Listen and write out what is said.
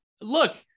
look